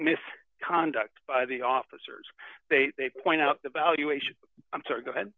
miss conduct by the officers they point out the valuation i'm sorry go ahead